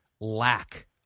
lack